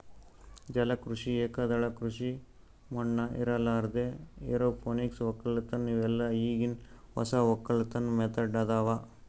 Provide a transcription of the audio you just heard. ಜಲ ಕೃಷಿ, ಏಕದಳ ಕೃಷಿ ಮಣ್ಣ ಇರಲಾರ್ದೆ ಎರೋಪೋನಿಕ್ ವಕ್ಕಲತನ್ ಇವೆಲ್ಲ ಈಗಿನ್ ಹೊಸ ವಕ್ಕಲತನ್ ಮೆಥಡ್ ಅದಾವ್